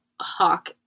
Hawk